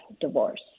divorce